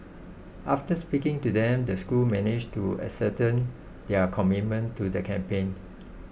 after speaking to them the school managed to ascertain their commitment to the campaign